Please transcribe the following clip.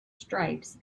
stripes